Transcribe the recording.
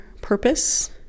purpose